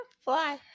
Fly